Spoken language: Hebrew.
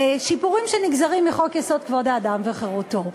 שיפורים שנגזרים מחוק-יסוד: כבוד האדם וחירותו.